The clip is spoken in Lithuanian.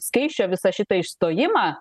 skaisčio visą šitą išstojimą